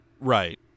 Right